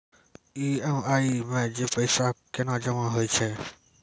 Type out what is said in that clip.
EMI मे जे पैसा केना जमा होय छै?